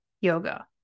yoga